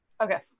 Okay